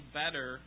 better